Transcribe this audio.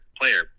player